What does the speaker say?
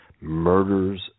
murders